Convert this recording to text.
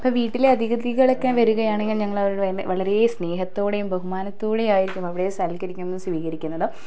ഇപ്പോൾ വീട്ടിലെ അതിഥികളൊക്കെ വരികയാണെങ്കിൽ ഞങ്ങളവരോട് വളരെ സ്നേഹത്തോടെയും ബഹുമാനത്തോടെയുമായിരിക്കും അവരെ സൽക്കരിക്കുന്നതും സ്വീകരിക്കുന്നതും